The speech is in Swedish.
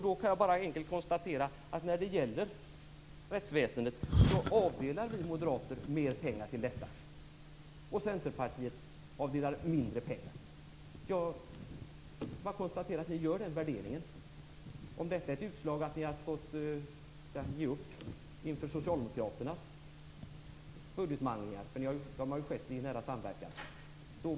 Då kan jag enkelt konstatera att vi moderater avdelar mer pengar till rättsväsendet. Centerpartiet avdelar mindre pengar. Jag konstaterar att ni gör den värderingen. Jag beklagar om detta är ett utslag för att ni har fått ge upp inför Socialdemokraternas budgetmanglingar.